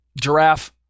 giraffe